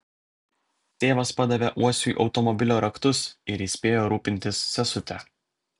tėvas padavė uosiui automobilio raktus ir įspėjo rūpintis sesute